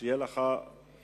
שתהיה לך תמיכה